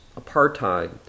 apartheid